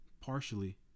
partially